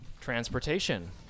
Transportation